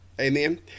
amen